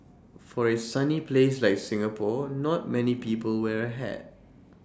for A sunny place like Singapore not many people wear hat